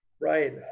Right